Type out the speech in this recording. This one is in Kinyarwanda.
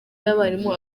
y’abarimu